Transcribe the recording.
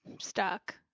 stuck